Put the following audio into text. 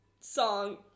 song